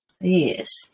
yes